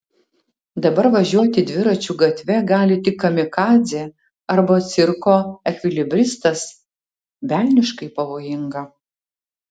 dabar važiuoti dviračiu gatve gali tik kamikadzė arba cirko ekvilibristas velniškai pavojinga